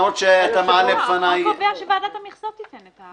למרות שאתה מעלה בפניי --- החוק קובע שוועדת המכסות תיתן את המכסה.